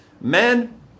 Men